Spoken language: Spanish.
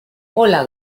hola